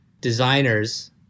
designers